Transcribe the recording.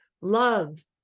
love